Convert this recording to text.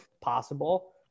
possible